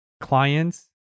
clients